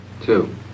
two